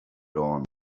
dawn